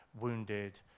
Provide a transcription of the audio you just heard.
wounded